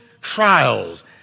trials